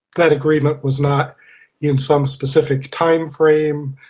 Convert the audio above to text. that agreement was not in some specific timeframe,